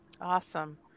Awesome